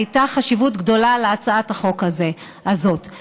הייתה חשיבות גדולה להצעת החוק הזאת,